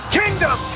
kingdom